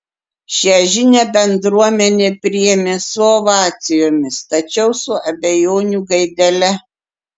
šia žinią bendruomenė priėmė su ovacijomis tačiau su abejonių gaidele